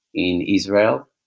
in israel,